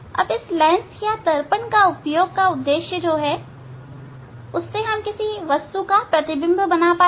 अब इस लेंस या दर्पण के उपयोग का उद्देश्य है कि हम किसी वस्तु का प्रतिबिंब बना पाए